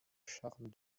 charme